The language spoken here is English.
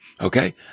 Okay